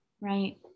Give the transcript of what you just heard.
right